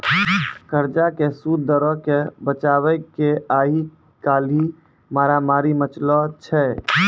कर्जा के सूद दरो के बचाबै के आइ काल्हि मारामारी मचलो छै